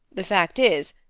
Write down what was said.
the fact is,